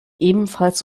ebenfalls